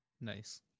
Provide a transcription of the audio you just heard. Nice